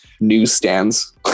newsstands